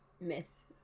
myth